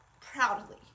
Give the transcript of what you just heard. proudly